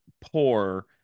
poor